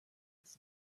was